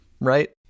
right